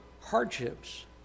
hardships